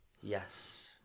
yes